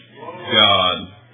God